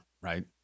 right